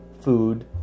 food